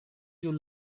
you